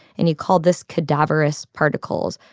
and he called this cadaverous particles.